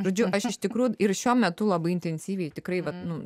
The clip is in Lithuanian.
žodžiu aš iš tikrųjų ir šiuo metu labai intensyviai tikrai vat nu